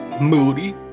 Moody